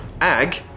Ag